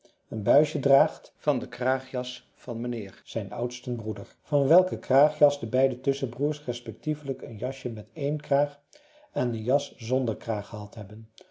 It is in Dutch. een buisje draagt van de kraagjas van mijnheer zijn oudsten broeder van welke kraagjas de beide tusschenbroers respectievelijk een jasje met één kraag en een jas zonder kraag gehad hebben